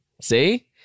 See